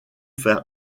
faire